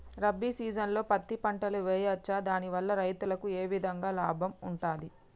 రబీ సీజన్లో పత్తి పంటలు వేయచ్చా దాని వల్ల రైతులకు ఏ విధంగా లాభం ఉంటది?